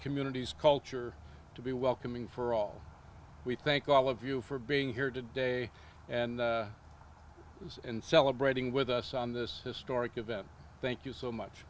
communities culture to be welcoming for all we thank all of you for being here today and this and celebrating with us on this historic event thank you so much